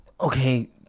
Okay